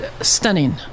stunning